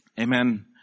Amen